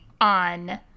on